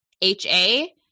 HA